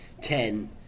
ten